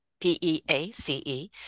P-E-A-C-E